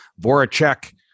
Voracek